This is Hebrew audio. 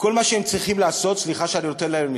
כל מה שהם צריכים לעשות, סליחה שאני נותן להם עצה,